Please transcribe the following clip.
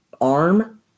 arm